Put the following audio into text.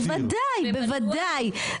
בוודאי, בוודאי.